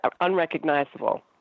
unrecognizable